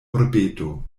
urbeto